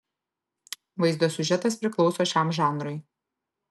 vaizdo siužetas priklauso šiam žanrui